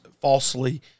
falsely